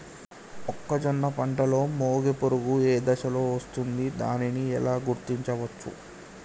మొక్కజొన్న పంటలో మొగి పురుగు ఏ దశలో వస్తుంది? దానిని ఎలా గుర్తించవచ్చు?